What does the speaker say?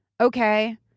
okay